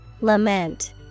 Lament